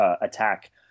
attack